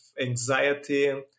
anxiety